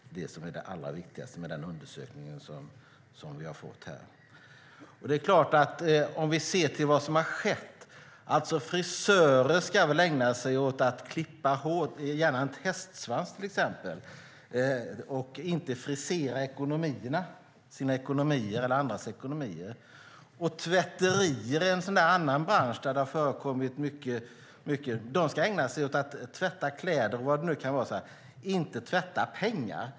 Det är det allra viktigaste med den undersökning som vi här har fått. Vi kan se till vad som har skett. Frisörer ska ägna sig åt att klippa hår, gärna en hästsvans till exempel, och inte att frisera sina eller andras ekonomier. Tvätterier är en annan bransch där det förekommit mycket. De ska ägna sig åt att tvätta kläder eller vad det nu kan vara och inte åt att tvätta pengar.